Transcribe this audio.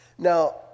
Now